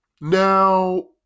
now